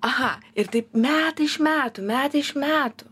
aha ir taip metai iš metų metai iš metų